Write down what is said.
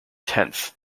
tenth